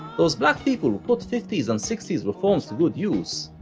those black people who put fifties and sixties reforms to good use,